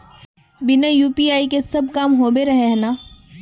बिना यु.पी.आई के सब काम होबे रहे है ना?